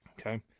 Okay